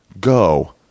go